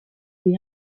est